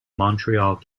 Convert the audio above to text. montreal